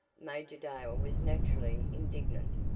major dale was naturally indignant,